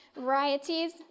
varieties